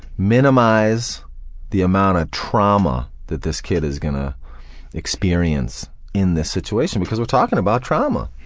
minimize the amount of trauma that this kid is gonna experience in this situation because we're talking about trauma.